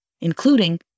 including